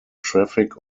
traffic